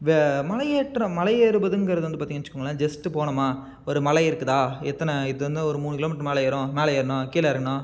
மலையேற்றம் மலையேறுவதுங்குறது வந்து பார்த்தீங்கன்னு வச்சிக்கோங்களேன் ஜஸ்ட்டு போனோமா ஒரு மலை இருக்குதா எத்தனை இது வந்து ஒரு மூணு கிலோமீட்டர் மலை ஏறும் மேலே ஏறணும் கீழே இறங்கணும்